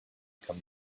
come